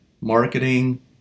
marketing